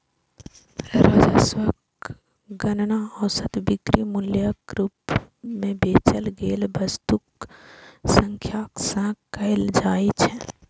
राजस्वक गणना औसत बिक्री मूल्यक रूप मे बेचल गेल वस्तुक संख्याक सं कैल जाइ छै